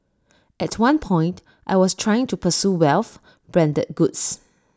at one point I was trying to pursue wealth branded goods